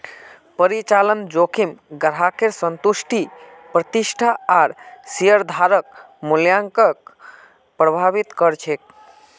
परिचालन जोखिम ग्राहकेर संतुष्टि प्रतिष्ठा आर शेयरधारक मूल्यक प्रभावित कर छेक